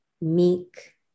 meek